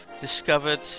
discovered